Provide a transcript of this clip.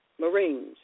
Marines